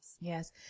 Yes